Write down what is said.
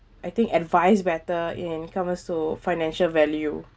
I think advice better and come out so financial value